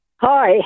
Hi